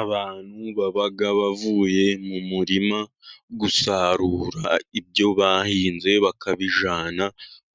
Abantu baba bavuye mu murima gusarura ibyo bahinze bakabijyana